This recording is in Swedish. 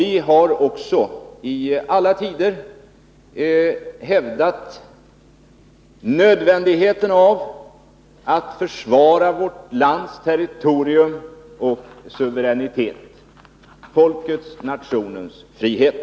Vi har också i alla tider hävdat nödvändigheten av att försvara vårt lands territorium och suveränitet — folkets, nationens frihet.